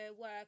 work